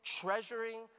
treasuring